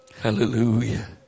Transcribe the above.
hallelujah